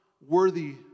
worthy